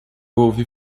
ouvir